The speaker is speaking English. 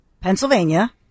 Pennsylvania